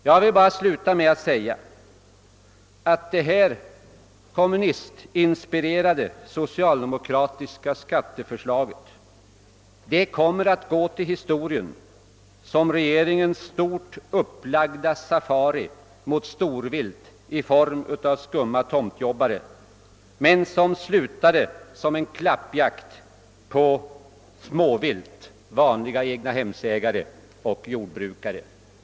Jag vill bara sluta med att säga att det kommunistinspirerade socialdemokratiska skatteförslaget kommer att gå till historien såsom regeringens stort upplagda safari mot storvilt i form av skumma tomtjobbare men som slutade som en klappjakt på småvilt, vanliga egnahemsägare och jordbrukare.